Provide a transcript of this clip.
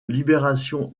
libération